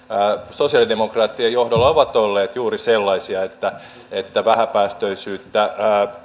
sosialidemokraattien johdolla ovat olleet juuri sellaisia että vähäpäästöisyyttä